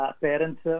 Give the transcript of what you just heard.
parents